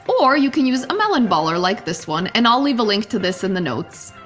or you can use a melon baller like this one and i'll leave a link to this in the notes.